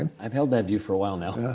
and i've held that view for a while now. yeah